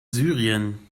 syrien